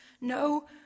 no